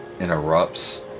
interrupts